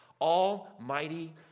almighty